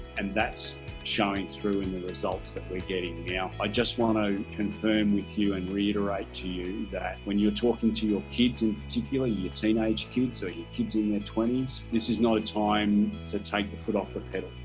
and that's showing through in the results that we're getting now i just want to confirm with you and reiterate to you that when you're talking to your kids in particular your teenage kids so here kids in their twenty s this is not a time to take the foot off the pedal.